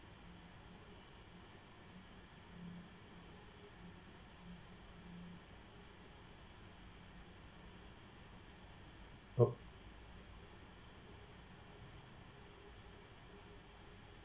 orh